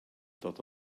dod